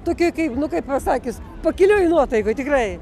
tokioj kaip nu kaip pasakius pakilioj nuotaikoj tikrai